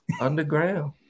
underground